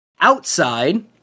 Outside